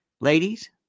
ladies